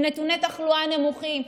עם נתוני תחלואה נמוכים.